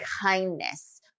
kindness